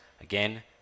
Again